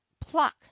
pluck